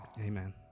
Amen